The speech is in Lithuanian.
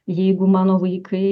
jeigu mano vaikai